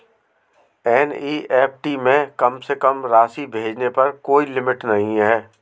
NEFT में कम से कम राशि भेजने पर कोई लिमिट नहीं है